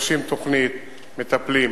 מגבשים תוכנית, מטפלים.